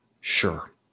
Sure